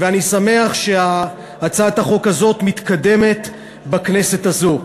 ואני שמח שהצעת החוק הזאת מתקדמת בכנסת הזאת.